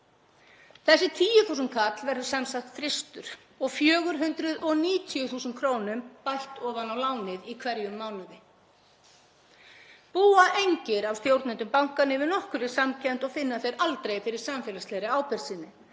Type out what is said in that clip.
Þessi tíuþúsundkall verður sem sagt frystur og 490.000 kr. bætt ofan á lánið í hverjum mánuði. Búa engir af stjórnendum bankanna yfir nokkurri samkennd og finna þeir aldrei fyrir samfélagslegri ábyrgð sinni?